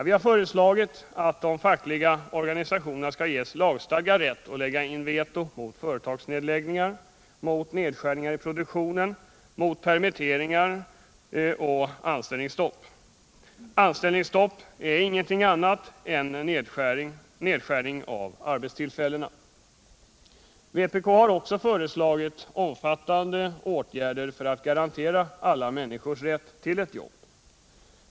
Vi har föreslagit att de fackliga organisationerna skall ges lagstadgad rätt att lägga in veto mot företagsnedläggningar, mot nedskärningar i produktionen, mot permitteringar och anställningsstopp. Anställningsstopp är inget annat än en nedskärning av arbetstillfällena. Vpk har också föreslagit omfattande åtgärder för att garantera alla människors rätt till ett jobb.